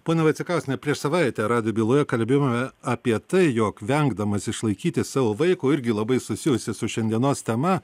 ponia vaicekauskiene prieš savaitę rado byloje kalbėjome apie tai jog vengdamas išlaikyti savo vaiko irgi labai susijusi su šiandienos tema